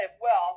wealth